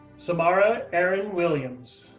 samara erin williams,